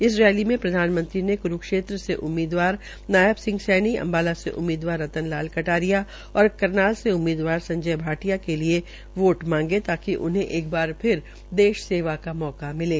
इस रैली प्रधानमंत्री ने कुरूक्षेत्र से उममीदवार नायब सिंह सैनी अम्बाला से उम्मीदवार रतन लाल कटारिया और करनाल से उम्मीदवार संजय भाटिया के लिये वोट मांगे ताकि उन्हें बार फिर से देश सेवा का मौका मिले